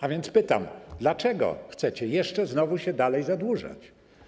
A więc pytam: Dlaczego chcecie jeszcze, znowu, dalej się zadłużać?